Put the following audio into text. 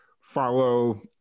follow